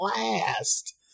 last